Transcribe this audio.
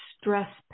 stress